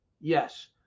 Yes